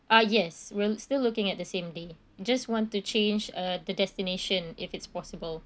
ah yes we're still looking at the same day just want to change uh the destination if it's possible